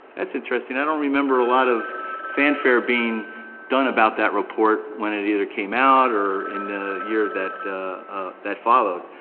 that's interesting, i don't remember a lot of fanfare being done about that report when it either came out, or in the year that that followed,